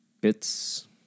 bits